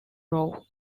rowe